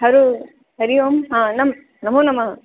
hello हरि ओम् नम् नमो नमः